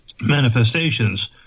manifestations